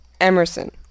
Emerson